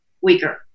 weaker